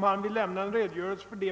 sändningar från utlandet